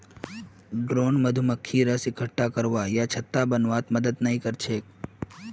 drone मधुमक्खी रस इक्कठा करवा या छत्ता बनव्वात मदद नइ कर छेक